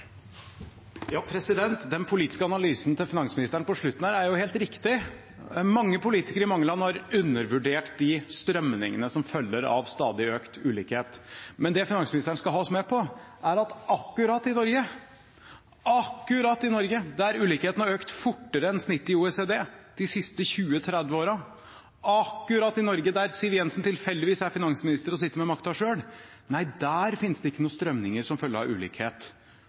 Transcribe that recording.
Den politiske analysen til finansministeren på slutten her er jo helt riktig. Mange politikere i mange land har undervurdert de strømningene som følger av stadig økt ulikhet. Men det finansministeren vil ha oss med på, er at akkurat i Norge, der ulikhetene har økt fortere enn snittet i OECD de siste 20–30 årene, akkurat i Norge, der Siv Jensen tilfeldigvis er finansminister og sitter med makten selv, nei der finnes det ikke noen strømninger som følge av ulikhet